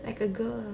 like a girl